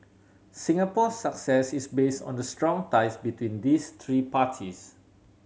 Singapore's success is based on the strong ties between these three parties